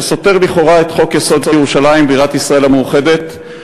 שסותר לכאורה את חוק-יסוד: ירושלים בירת ישראל המאוחדת,